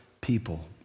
people